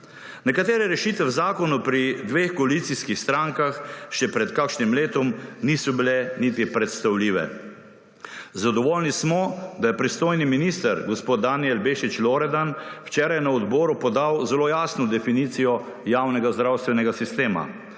Nekatere rešitve v zakonu pri dveh koalicijskih strankah še pred kakšnim letom niso bile niti predstavljive. Zadovoljni smo, da je pristojni minister gospod Danijel Bešič Loredan včeraj na odboru podal zelo jasno definicijo javnega zdravstvenega sistema.